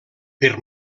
per